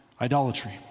idolatry